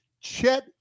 Chet